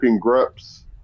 grips